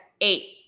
Eight